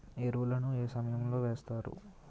ఎరువుల ను ఏ సమయం లో వేస్తారు?